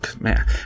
man